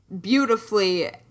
beautifully